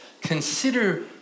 Consider